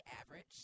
average